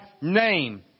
name